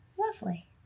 Lovely